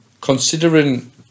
considering